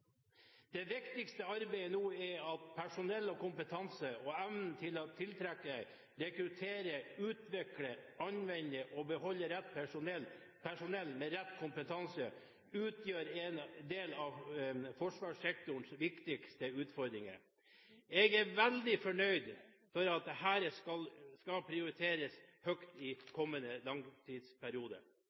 Det viktigste arbeidet nå gjelder personell og kompetanse og evnen til å tiltrekke seg, rekruttere, utvikle, anvende og beholde rett personell med rett kompetanse. Det utgjør en av forsvarssektorens viktigste utfordringer. Jeg er veldig fornøyd med at dette skal prioriteres høyt i kommende langtidsperiode.